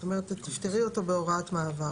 כלומר, את תפטרי אותו בהוראת מעבר.